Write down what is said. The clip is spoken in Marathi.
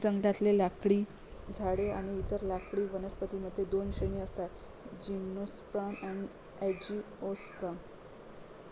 जंगलातले लाकडी झाडे आणि इतर लाकडी वनस्पतीं मध्ये दोन श्रेणी असतातः जिम्नोस्पर्म आणि अँजिओस्पर्म